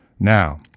now